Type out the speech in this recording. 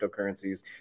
cryptocurrencies